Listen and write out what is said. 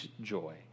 joy